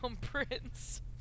prince